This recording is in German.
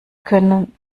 können